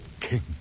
king